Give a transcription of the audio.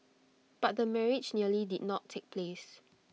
but the marriage nearly did not take place